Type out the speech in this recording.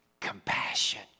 compassion